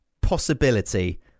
possibility